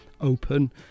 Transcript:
open